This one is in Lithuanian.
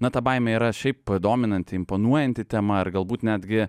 na ta baimė yra šiaip dominanti imponuojanti tema ar galbūt netgi